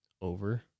over